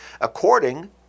according